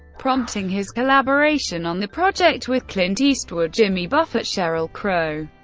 prompting his collaboration on the project with clint eastwood, jimmy buffett, sheryl crow,